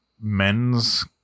men's